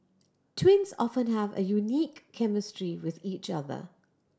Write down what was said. twins often have a unique chemistry with each other